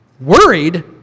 Worried